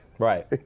Right